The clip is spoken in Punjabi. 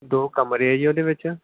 ਦੋ ਕਮਰੇ ਹੈ ਜੀ ਉਹਦੇ ਵਿੱਚ